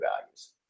values